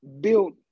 built